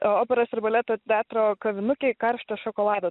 operos ir baleto teatro kavinukėj karšto šokolado